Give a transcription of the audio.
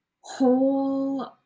whole